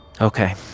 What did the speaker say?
Okay